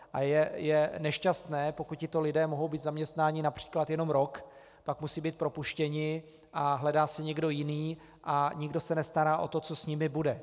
A je nešťastné, pokud tito lidé mohou být zaměstnáni např. jenom rok, pak musí být propuštěni a hledá se někdo jiný a nikdo se nestará o to, co s nimi bude.